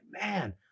man